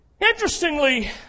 Interestingly